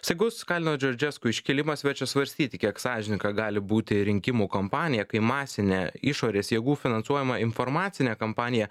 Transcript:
staigus kalino džordžesku iškilimas verčia svarstyti kiek sąžininga gali būti rinkimų kampanija kai masinė išorės jėgų finansuojama informacinė kampanija